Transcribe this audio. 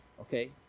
okay